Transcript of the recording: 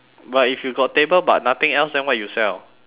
but if you got table but nothing else then what you sell